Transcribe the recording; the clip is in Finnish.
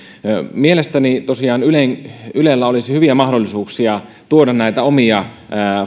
mielestäni tosiaan ylellä olisi hyviä mahdollisuuksia tuoda näitä omia